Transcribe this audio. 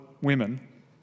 women